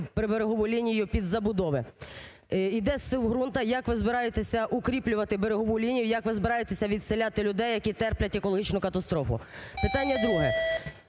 приберегову лінію під забудови? Іде зсув ґрунту. Як ви збираєтеся укріплювати берегову лінію? Як ви збираєтеся відселяти людей, які терплять екологічну катастрофу? Питання друге.